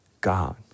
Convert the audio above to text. God